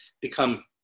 become